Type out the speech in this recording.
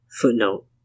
Footnote